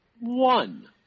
one